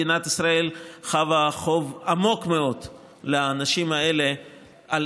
מדינת ישראל חבה חוב עמוק מאוד לאנשים האלה על